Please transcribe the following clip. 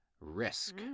risk